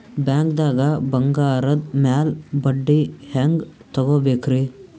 ಬ್ಯಾಂಕ್ದಾಗ ಬಂಗಾರದ್ ಮ್ಯಾಲ್ ಬಡ್ಡಿ ಹೆಂಗ್ ತಗೋಬೇಕ್ರಿ?